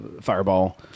Fireball